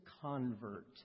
convert